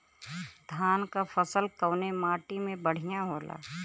धान क फसल कवने माटी में बढ़ियां होला?